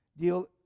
Deal